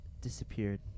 disappeared